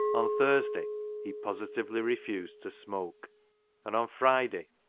on thursday he positively refused to smoke and on friday,